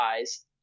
Eyes